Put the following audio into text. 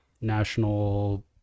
National